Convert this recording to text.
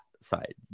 side